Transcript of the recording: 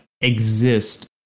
exist